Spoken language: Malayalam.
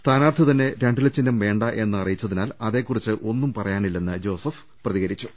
സ്ഥാനാർത്ഥി തന്നെ രണ്ടില ചിഹ്നം വേണ്ട എന്ന് അറിയിച്ചതിനാൽ അതേക്കുറിച്ച് ഒന്നും പറയാനില്ലെന്ന് ജോസഫ് അറിയിച്ചു